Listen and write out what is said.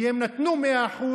כי הם נתנו 100%,